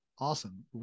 Awesome